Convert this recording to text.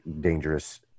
dangerous